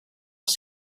els